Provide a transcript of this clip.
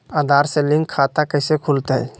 आधार से लिंक खाता कैसे खुलते?